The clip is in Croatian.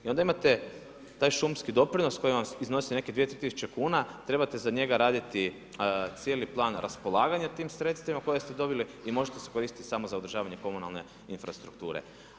I onda imate taj šumski doprinos koji vam iznosi neke 2, 3 tisuće kuna, trebate za njega raditi cijeli plan raspolaganja tim sredstvima koja ste dobili i možete se koristiti samo za održavanje komunalne infrastrukture.